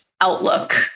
Outlook